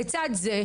לצד זה,